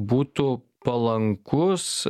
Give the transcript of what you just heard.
būtų palankus